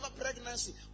pregnancy